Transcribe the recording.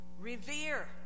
revere